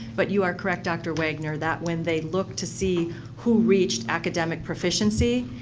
but you are correct dr. wagner, that when they look to see who reached academic proficiency,